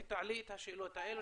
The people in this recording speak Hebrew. ותעלי את השאלות האלה,